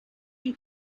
you